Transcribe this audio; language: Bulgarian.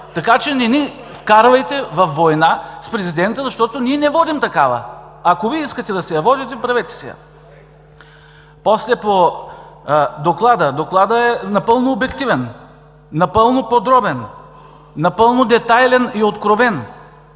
Така че не ни вкарвайте във война с президента, защото ние не водим такава! Ако Вие искате да си я водите, правете си я! После по доклада. Докладът е напълно обективен, напълно подробен, детайлен и откровен.